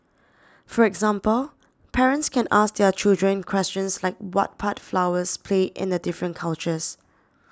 for example parents can ask their children questions like what part flowers play in the different cultures